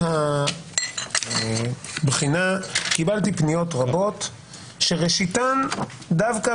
הבחינה קיבלתי פניות רבות שראשיתן דווקא